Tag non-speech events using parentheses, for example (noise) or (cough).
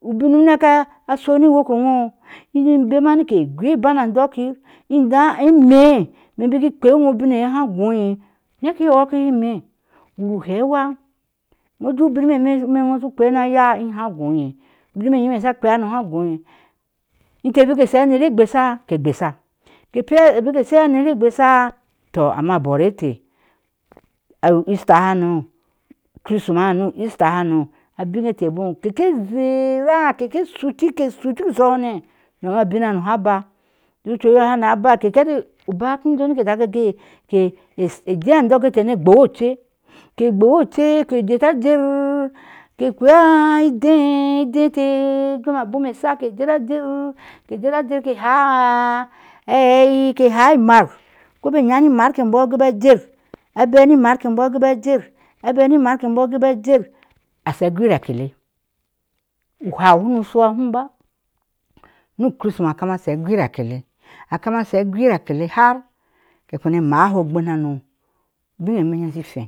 ubin unake asho ni woke wo inbema nike góó iban a abɔɔkyir inga ime imebik in kpe ubin aye ha góó neke ɔɔkime nu hewa wule unin a me awu shu koeane ayaa ha soye ubineyeme sha inteh bik ke sho aner egesha ke gbesha keper ke bik ke sha a ner egbeshe, tɔ ama bɔr ateeh u easta hano u chrisma nɔ easta hano abin a teh bom keke zera keke shutia, ke shutik shone unom abin ba ucu ebɔole sha naa bai keke heti uba ki njoŋ nike (hesitation) daak ke je adɔɔkete nike gbowe oce ke gbowe ocetke setaber ke (hesitation) ideteh ideteh abin abɔɔm, asha ka kpea ni ke jeajer ke jerajer ke (hesitation) kobe inya ni maar ke imbɔɔ a goja a bɛɛ ni imaar kebɔɔ a aa aseer abɛɛ ni imar ke bɔɔ, a goi aher a sha a gwira akele uhwa shinu showahomba nu chrisma kama sho a gwira akele, a kama a sho a gwira a kele har ke kpene mahe ogbehano, bin a mee a me shin feŋ